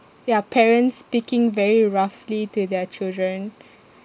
ya parents speaking very roughly to their children